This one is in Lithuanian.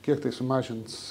kiek tai sumažins